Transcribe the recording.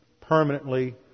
permanently